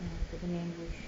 ah takut kena ambush